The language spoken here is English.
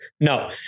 No